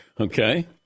Okay